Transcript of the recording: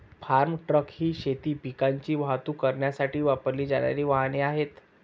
form truck ही शेती पिकांची वाहतूक करण्यासाठी वापरली जाणारी वाहने आहेत